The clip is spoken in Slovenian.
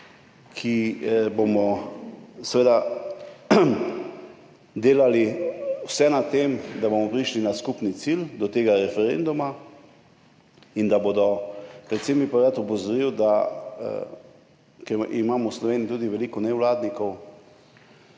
ki bomo delali vse na tem, da bomo prišli na skupni cilj do tega referenduma, predvsem bi pa rad opozoril, da ker imamo v Sloveniji tudi veliko nevladnikov,